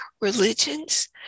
religions